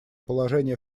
положение